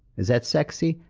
is that sexy?